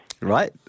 Right